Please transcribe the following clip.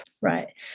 right